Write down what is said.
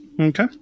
Okay